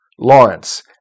Lawrence